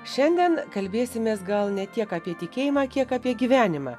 šiandien kalbėsimės gal ne tiek apie tikėjimą kiek apie gyvenimą